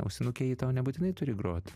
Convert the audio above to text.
ausinuke ji tau nebūtinai turi grot